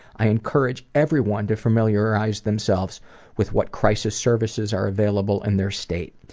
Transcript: i encourage everyone to familiarize themselves with what crisis services are available in their state.